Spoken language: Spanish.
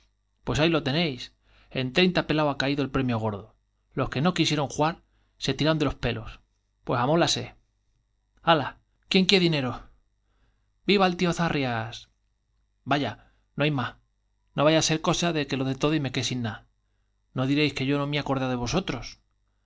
pues ahí lo tenéis en el treinta pelao ha caído el premio gordo los que no quisieron juar se tirarán de los pelos pues amoláse ala quién quié dineros i viva el tío zarr ias el banquete vaya no hay más no vaya á ser cosa de que lo dé todo y me quede yo sin nada n o dir éis que no mi acordao de vosotros